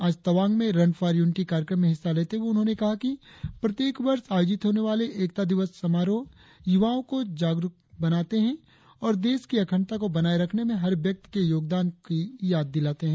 आज तवांग में run for unity कार्यक्रम में हिस्सा लेते हुए उन्होंने कहा कि प्रत्येक वर्ष आयोजित होने वाले एकता दिवस समारोह युवाओं को जागरुकत बनाते है और देश की अखंडता को बनाए रखने में हर व्यक्ति के योगदान की याद दिलाता है